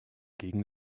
gegen